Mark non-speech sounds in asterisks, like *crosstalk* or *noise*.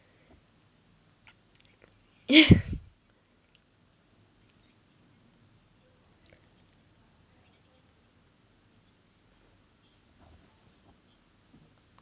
*laughs*